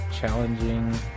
challenging